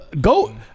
Go